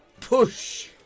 Push